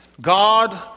God